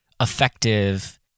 effective